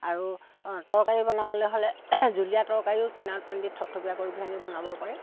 আৰু অঁ তৰকাৰী বনাবলৈ হ'লে জুলীয়া তৰকাৰীও কিনাৰত পানী দি থপথপীয়া কৰি বনাব পাৰে